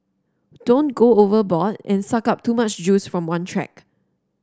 don't go overboard and suck up too much juice from one track